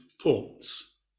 ports